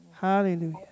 Hallelujah